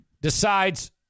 decides